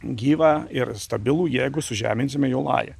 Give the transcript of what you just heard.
gyvą ir stabilų jeigu sužeminsime jo lają